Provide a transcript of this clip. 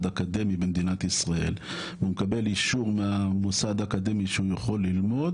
אקדמי במדינת ישראל והוא מקבל אישור מהמוסד האקדמי שהוא יכול ללמוד,